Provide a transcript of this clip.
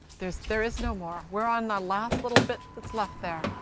there there is no more. we're on the last little bit that's left there.